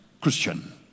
Christian